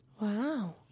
Wow